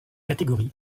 catégories